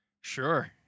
sure